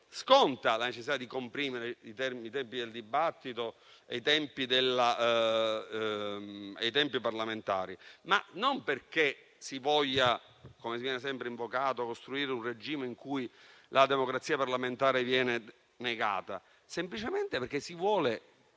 sconta la necessità di comprimere i termini e i tempi del dibattito parlamentare, e non perché si voglia - come sempre viene invocato - costruire un regime in cui la democrazia parlamentare viene negata, ma semplicemente perché si vuole